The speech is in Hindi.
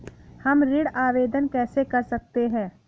हम ऋण आवेदन कैसे कर सकते हैं?